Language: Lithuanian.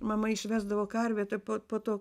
mama išvesdavo karvę tuoj pat po to